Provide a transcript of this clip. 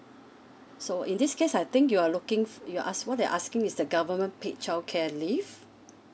so in this case I think you're looking f~ your are what you're asking is the government paid childcare leave